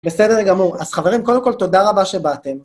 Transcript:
בסדר גמור. אז חברים, קודם כל תודה רבה שבאתם.